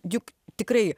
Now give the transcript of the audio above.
juk tikrai